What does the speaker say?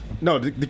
No